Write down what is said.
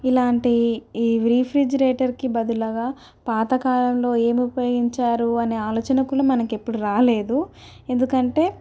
ఇలాంటి ఈ రీఫ్రిజిరేటర్కి బదులుగా పాతకాలంలో ఏమి ఉపయోగించారు అని ఆలోచన కూడా మనకి ఎప్పుడూ రాలేదు ఎందుకంటే